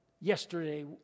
yesterday